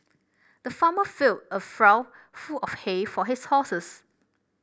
the farmer filled a trough full of hay for his horses